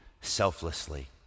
selflessly